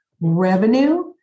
revenue